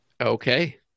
Okay